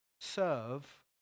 serve